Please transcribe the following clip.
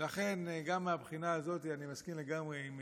ולכן, גם מהבחינה הזאת, אני מסכים לגמרי עם